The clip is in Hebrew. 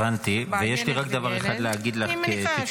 הבנתי, ויש לי רק דבר אחד להגיד לך כתשובה.